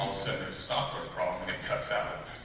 there's a software problem and it cuts out.